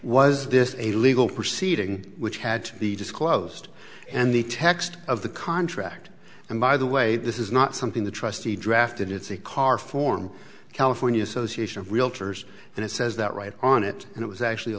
was this a legal proceeding which had to be disclosed and the text of the contract and by the way this is not something the trustee drafted it's a car form california association of realtors and it says that right on it and it was actually a